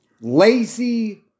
lazy